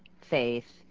faith